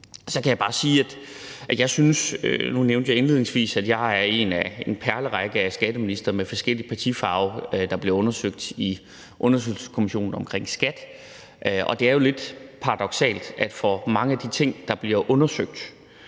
Nu nævnte jeg indledningsvis, at jeg er én blandt en perlerække af skatteministre med forskellig partifarve, der bliver undersøgt i undersøgelseskommissionen omkring SKAT, og det er jo lidt paradoksalt, at i forhold til mange af de ting, der bliver undersøgt,